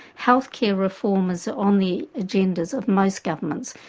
healthcare reform is on the agendas of most governments,